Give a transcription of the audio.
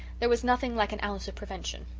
there was nothing like an ounce of prevention.